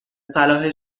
صلاح